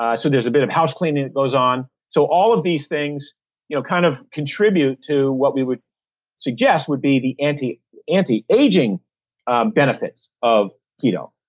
so there's a bit of house cleaning that goes on. so all of these things you know kind of contribute to what we would suggest would be the anti-aging anti-aging benefits of keto